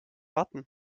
warten